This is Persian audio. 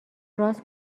راست